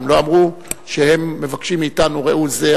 הם לא אמרו שהם מבקשים מאתנו: ראו את זה,